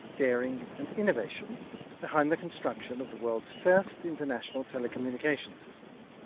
daring and innovation behind the construction of the world's first international telecommunication system.